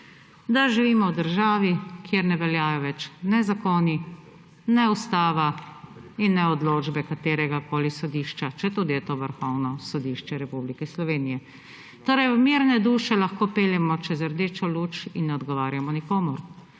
da živimo v državi, kjer ne veljajo več ne zakoni, ne Ustava in ne odločbe kateregakoli sodišča, četudi je to Vrhovno sodišče Republike Slovenije. Torej mirne duše lahko peljemo čez rdečo luč in ne odgovarjamo nikomur.